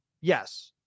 Yes